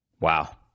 Wow